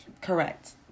Correct